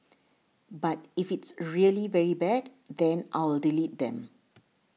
but if it's really very bad then I'll delete them